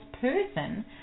person